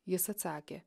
jis atsakė